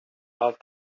out